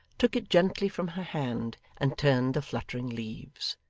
took it gently from her hand, and turned the fluttering leaves.